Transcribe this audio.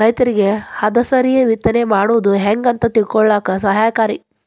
ರೈತರಿಗೆ ಹದಸರಿ ಬಿತ್ತನೆ ಮಾಡುದು ಹೆಂಗ ಅಂತ ತಿಳಕೊಳ್ಳಾಕ ಸಹಾಯಕಾರಿ